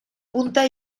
punta